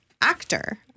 Actor